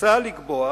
מוצע לקבוע